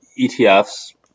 ETFs